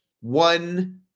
One